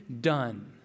done